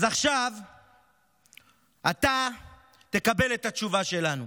אז עכשיו אתה תקבל את התשובה שלנו.